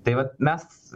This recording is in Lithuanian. taip vat mes